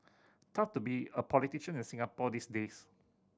tough to be a politician in Singapore these days